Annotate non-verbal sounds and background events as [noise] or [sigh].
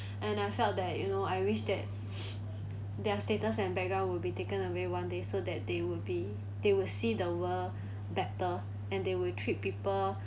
and I felt that you know I wish that [noise] their status and background will be taken away one day so that they will be they will see the world better and they will treat people